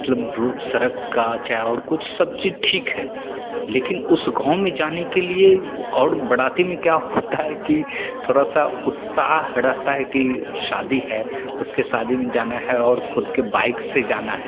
मतलब सड़क का चाहे और कुछ सबचीज़ ठीक है लेकिन उस गाँव में जाने के लिए और बाराती में क्या होता है कि थोड़ा सा उत्साह रहता है कि शादी है उसकी शादी में जाना है और खुद की बाइक़ से जाना है